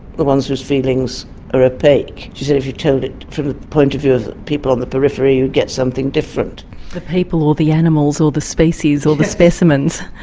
the ones whose feelings are opaque she said if you told it from the point of view of people on the periphery you'd get something different. the people or the animals or the species species or the specimens.